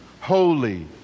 Holy